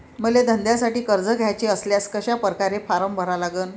मले धंद्यासाठी कर्ज घ्याचे असल्यास कशा परकारे फारम भरा लागन?